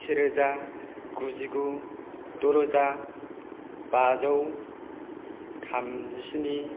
से रोजा गुजिगु द' रोजा बाजौ थामजिस्नि